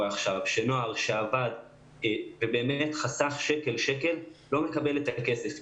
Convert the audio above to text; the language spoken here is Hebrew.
עכשיו שנוער עבר וחסך שקל לשקל לא קיבל את הכסף.